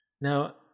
Now